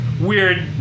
weird